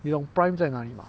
你懂 Prime 在哪里吗